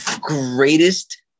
greatest